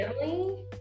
family